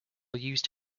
used